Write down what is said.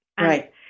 Right